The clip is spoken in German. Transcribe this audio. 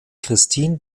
christine